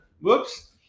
Whoops